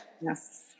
Yes